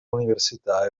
università